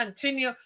continue